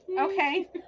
okay